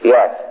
Yes